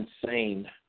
insane